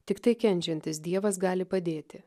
tiktai kenčiantis dievas gali padėti